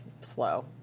slow